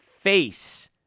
face